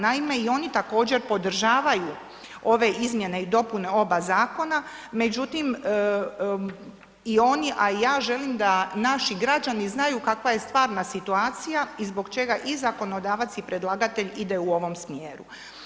Naime, i oni također podržavaju ove izmjene i dopune oba zakona, međutim i oni, a i ja želim da naši građani znaju kakva je stvarna situacija i zbog čega i zakonodavac i predlagatelj ide u ovom smjeru.